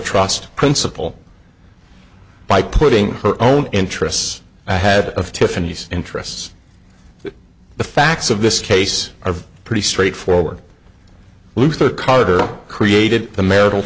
trust principle by putting her own interests ahead of tiffany's interests but the facts of this case are pretty straightforward luthor carter created the marital